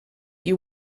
you